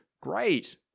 great